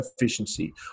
efficiency